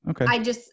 Okay